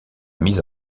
mise